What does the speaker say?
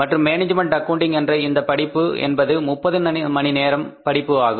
மற்றும் management accounting என்ற இந்தப் படிப்பு என்பது 30 மணிநேர படிப்பு ஆகும்